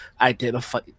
identify